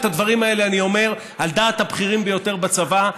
את הדברים האלה אני אומר על דעת הבכירים ביותר בצבא,